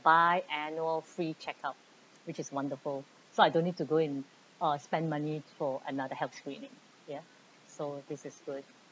biannual free checkup which is wonderful so I don't need to go and uh spend money for another health screening ya so this is good